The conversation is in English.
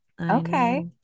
Okay